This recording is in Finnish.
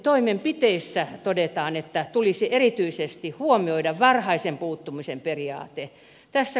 toimenpiteissä todetaan että tulisi erityisesti huomioida varhaisen puuttumisen periaate